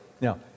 Now